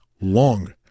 long